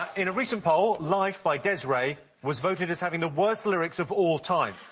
in a recent poll, life by des'ree was voted as having the worst lyrics of all time.